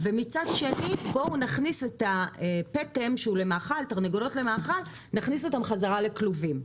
ומצד שני רוצים להכניס את הפטם בחזרה לכלובים.